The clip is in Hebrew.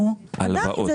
עדיין.